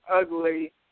ugly